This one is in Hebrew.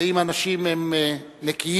ואם אנשים הם נקיים,